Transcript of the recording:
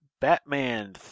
Batman